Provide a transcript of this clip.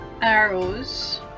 arrows